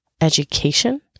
education